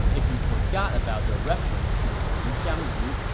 if you forgot about the reference to lin xiangru,